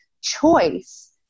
choice